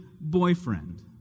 boyfriend